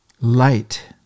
light